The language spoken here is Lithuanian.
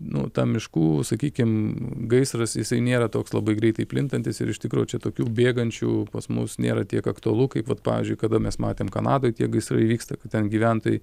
nu ta miškų sakykim gaisras jisai nėra toks labai greitai plintantis ir iš tikro tokių bėgančių pas mus nėra tiek aktualu kaip vat pavyzdžiui kada mes matėm kanadoj tie gaisrai vyksta kad ten gyventojai